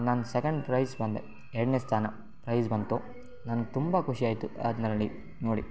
ನಾನು second prize ಬಂದೆ ಎರಡನೇ ಸ್ಥಾನ ಪ್ರೈಸ್ ಬಂತು ನನಗೆ ತುಂಬ ಖುಷಿ ಆಯಿತು ಅದ್ನ ನೋಡಿ